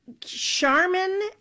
Charmin